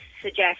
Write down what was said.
suggest